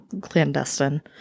clandestine